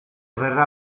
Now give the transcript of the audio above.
verrà